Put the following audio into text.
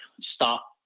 stop